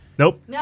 Nope